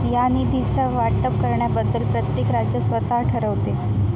या निधीचा वाटप करण्याबद्दल प्रत्येक राज्य स्वतः ठरवते